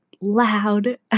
Loud